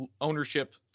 ownership